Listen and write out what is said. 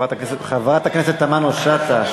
חברת הכנסת תמנו-שטה,